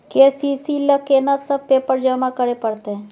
KCC ल केना सब पेपर जमा करै परतै?